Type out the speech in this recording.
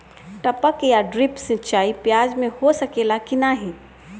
टपक या ड्रिप सिंचाई प्याज में हो सकेला की नाही?